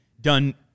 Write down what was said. done